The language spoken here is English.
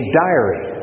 diary